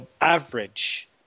average